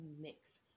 mix